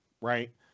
right